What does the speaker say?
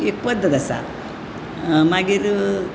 एक पद्दत आसा मागीर